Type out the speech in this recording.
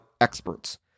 experts